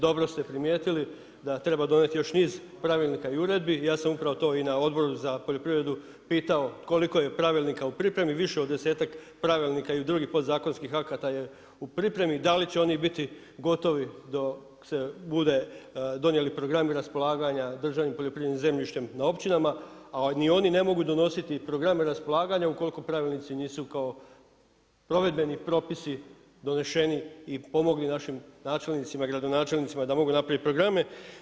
Dobro ste primijetili da treba donijeti još niz pravilnika i uredbi i ja sam upravo to i na odboru za poljoprivredu pitao koliko je pravilnika u pripremi, više od 10-ak pravilnika i drugih podzakonskih akata je u pripremi i da li će oni biti gotovi dok se bude donijeli programi raspolaganja državnim poljoprivrednim zemljištem na općinama a ni oni ne mogu donositi programe raspolaganja ukoliko pravilnici nisu kao provedbeni propisi doneseni i pomogli našim načelnicima i gradonačelnicima da mogu napraviti programe.